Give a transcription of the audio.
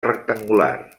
rectangular